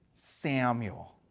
Samuel